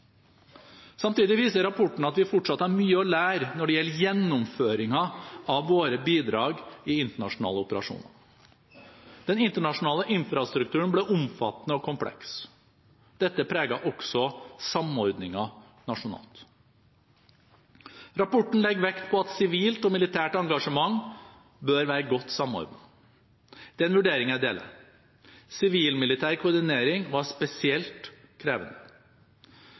Samtidig viser rapporten at vi fortsatt har mye å lære når det gjelder gjennomføringen av våre bidrag i internasjonale operasjoner. Den internasjonale infrastrukturen ble omfattende og kompleks. Dette preget også samordningen nasjonalt. Rapporten legger vekt på at sivilt og militært engasjement bør være godt samordnet. Det er en vurdering jeg deler. Sivil-militær koordinering var spesielt krevende.